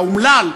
האומלל,